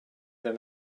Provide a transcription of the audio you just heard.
them